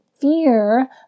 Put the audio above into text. fear